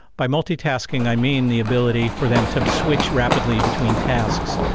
by multitasking i mean the ability for them to switch rapidly between tasks,